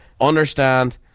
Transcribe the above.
understand